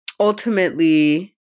Ultimately